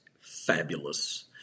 fabulous